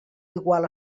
igual